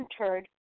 entered